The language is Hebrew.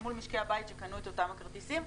אל מול משקי הבית שקנו את אותם הכרטיסים.